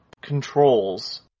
controls